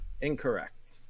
Incorrect